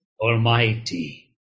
Almighty